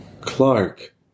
Clark